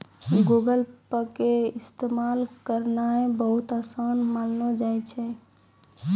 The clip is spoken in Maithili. गूगल पे के इस्तेमाल करनाय बहुते असान मानलो जाय छै